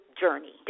journey